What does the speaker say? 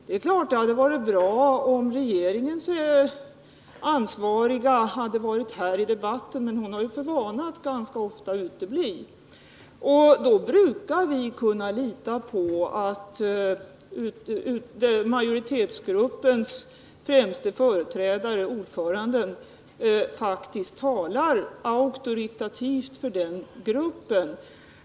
Det är klart att det hade varit bra om regeringens ansvariga hade varit här i kammaren och deltagit i debatten, men hon har ju för vana att ganska ofta utebli. Då borde vi kunna utgå från att majoritetsgruppens i utskottet främste företrädare, ordföranden, talar auktoritativt för den gruppen.